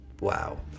Wow